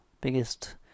biggest